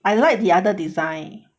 I like the other design